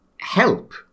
help